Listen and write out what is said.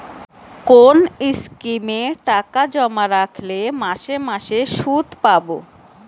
কোন স্কিমে টাকা জমা রাখলে মাসে মাসে সুদ পাব?